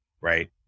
Right